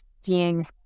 seeing